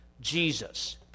Jesus